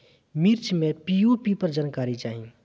मिर्च मे पी.ओ.पी पर जानकारी चाही?